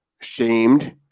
shamed